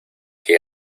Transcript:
que